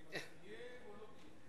האם אתה תהיה או לא תהיה?